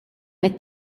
qed